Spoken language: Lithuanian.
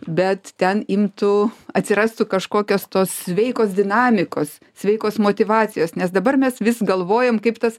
bet ten imtų atsirastų kažkokios tos sveikos dinamikos sveikos motyvacijos nes dabar mes vis galvojam kaip tas